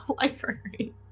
library